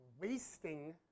wasting